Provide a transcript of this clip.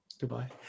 Goodbye